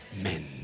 amen